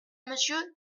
monsieur